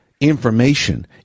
information